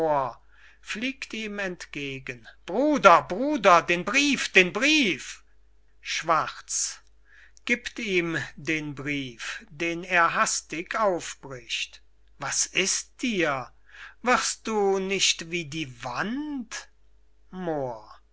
bruder bruder den brief den brief schwarz giebt ihm den brief den er hastig aufbricht was ist dir wirst du nicht wie die wand moor